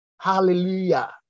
Hallelujah